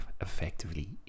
effectively